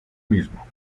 mismo